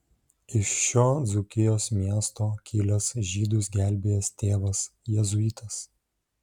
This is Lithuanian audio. iš šio dzūkijos miesto kilęs žydus gelbėjęs tėvas jėzuitas